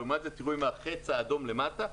ולעומת זה עם החץ האדום למטה,